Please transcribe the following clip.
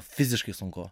fiziškai sunku